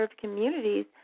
communities